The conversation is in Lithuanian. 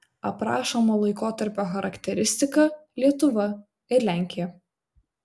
aprašomo laikotarpio charakteristika lietuva ir lenkija